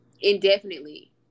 indefinitely